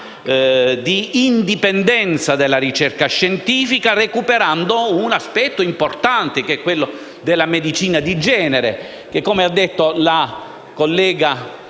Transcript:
di indipendenza della ricerca scientifica. Si recupera quindi un aspetto importante, quello della medicina di genere che, come ha detto la collega